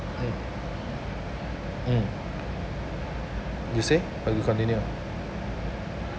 mm mm you say or you continue